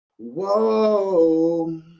Whoa